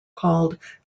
called